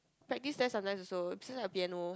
practice there sometimes also cause got piano